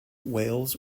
wales